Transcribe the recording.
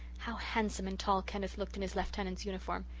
how handsome and tall kenneth looked in his lieutenant's uniform!